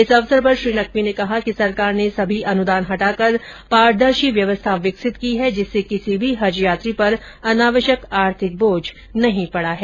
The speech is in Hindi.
इस अवसर पर श्री नकवी ने कहा कि सरकार ने सभी अनुदान हटाकर पारदर्शी व्यवस्था विकसित की है जिससे किसी भी हज यात्री पर अनावश्यक आर्थिक बोझ नहीं पड़ा है